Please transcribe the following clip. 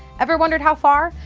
ever wondered how far?